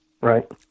Right